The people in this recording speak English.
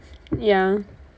ya